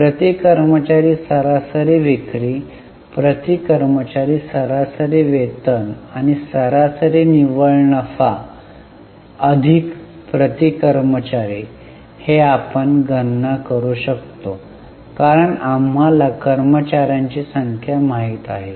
प्रति कर्मचारी सरासरी विक्री प्रति कर्मचारी सरासरी वेतन आणि सरासरी निव्वळ नफा अधिक प्रति कर्मचारी हे आपण गणना करू शकतो कारण आम्हाला कर्मचाऱ्यांची संख्या माहित आहे